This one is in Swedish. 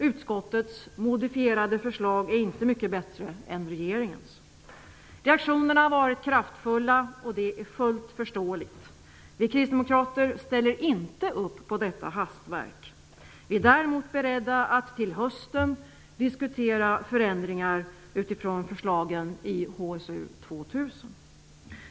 Utskottets modifierade förslag är inte mycket bättre än regeringens. Reaktionerna har varit kraftfulla, och det är fullt förståeligt. Vi kristdemokrater ställer inte upp på detta hastverk. Vi är däremot beredda att till hösten diskutera förändringar utifrån förslagen i HSU 2000.